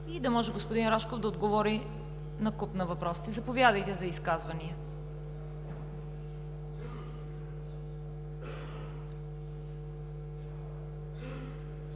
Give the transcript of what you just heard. да може господин Рашков да отговори накуп. Заповядайте за изказвания.